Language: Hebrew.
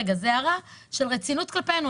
זאת הערה של רצינות כלפינו,